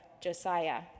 Josiah